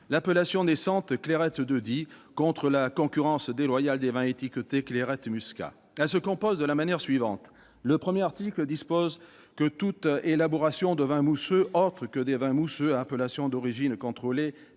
l'appellation naissante « Clairette de Die » contre la concurrence déloyale des vins étiquetés « clairette muscat ». Cette proposition de loi se compose de la manière suivante : le premier article dispose que toute élaboration de vins mousseux autres que des vins mousseux à appellation d'origine contrôlée